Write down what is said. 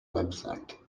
website